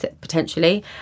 potentially